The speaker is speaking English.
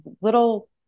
little